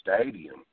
Stadium